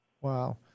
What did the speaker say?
wow